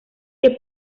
que